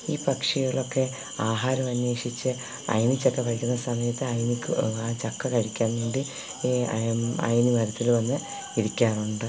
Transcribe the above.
ഈ പക്ഷികളൊക്കെ ആഹാരം അന്വേഷിച്ച് അയ്നിച്ചക്ക കഴിക്കുന്ന സമയത്ത് അയിന്ക്ക് ആ ചക്ക കഴിക്കാന് വേണ്ടി ഈ അയ്നി മരത്തില് വന്ന് ഇരിക്കാറുണ്ട്